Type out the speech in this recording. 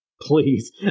Please